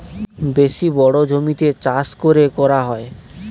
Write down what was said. বেশি বড়ো জমিতে চাষ করে করা হয়